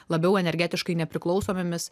labiau energetiškai nepriklausomomis